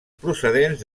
procedents